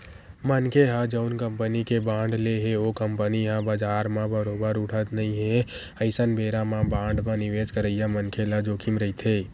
मनखे ह जउन कंपनी के बांड ले हे ओ कंपनी ह बजार म बरोबर उठत नइ हे अइसन बेरा म बांड म निवेस करइया मनखे ल जोखिम रहिथे